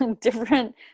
different